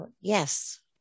yes